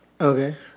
Okay